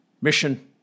Mission